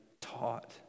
taught